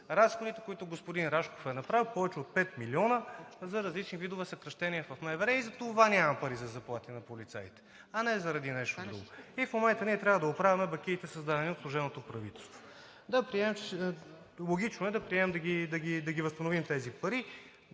разходите, които господин Рашков е направил, повече от 5 млн. лв., за различни видове съкращение в МВР. Затова няма пари за заплати на полицаите, а не заради нещо друго. В момента ние трябва да оправяме бакиите, създадени от служебното правителство. Логично е да приемем да възстановим тези пари,